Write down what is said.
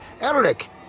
Eric